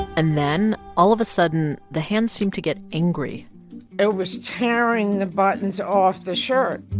and then, all of a sudden, the hand seemed to get angry it was tearing the buttons off the shirt